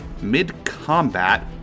mid-combat